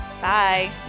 Bye